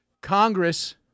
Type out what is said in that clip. Congress